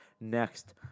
next